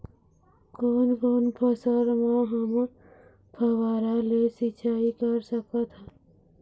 कोन कोन फसल म हमन फव्वारा ले सिचाई कर सकत हन?